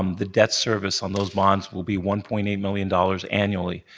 um the debt service on those bonds will be one point eight million dollars annually.